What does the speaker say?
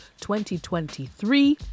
2023